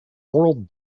world